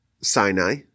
Sinai